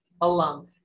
alum